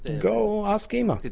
go ask imma.